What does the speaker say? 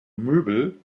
möbel